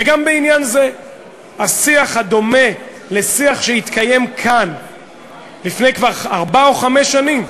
על שיח הדומה לשיח שהתקיים כאן כבר לפני ארבע שנים,